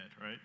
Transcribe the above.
Right